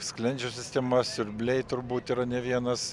sklendžių sistema siurbliai turbūt yra ne vienas